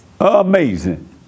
Amazing